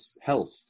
health